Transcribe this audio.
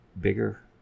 bigger